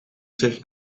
zich